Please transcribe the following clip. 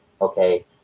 okay